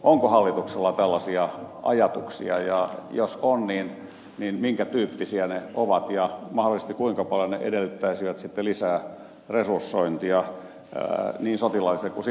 onko hallituksella tällaisia ajatuksia ja jos on minkä tyyppisiä ne ovat ja kuinka paljon ne mahdollisesti edellyttäisivät lisää resursointia niin sotilaalliselle kuin siviilipuolellekin